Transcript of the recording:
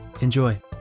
Enjoy